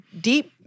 deep